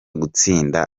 gutsinda